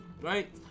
Right